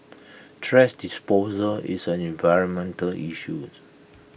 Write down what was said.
thrash disposal is an environmental issued